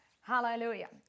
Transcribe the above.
Hallelujah